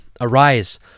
Arise